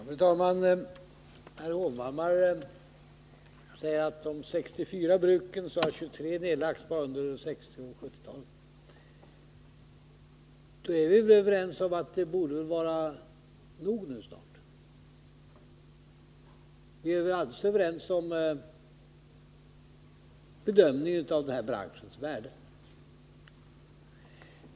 Fru talman! Herr Hovhammar säger att av de 64 bruken har 23 nedlagts under 1960 och 1970-talen. Då är vi väl överens om att det borde vara nog nu. Vi är väl också överens om bedömningen av denna branschs värde.